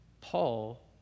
Paul